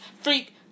Freak